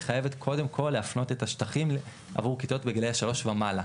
היא חייבת קודם כל להפנות את השטחים עבור כיתות בגילאי שלוש ומעלה,